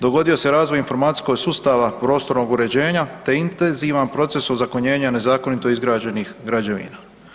Dogodio se razvoj informacijskog sustava prostornog uređenja, te intenzivan proces ozakonjenja nezakonito izgrađenih građevina.